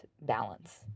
balance